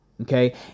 Okay